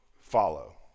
follow